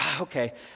okay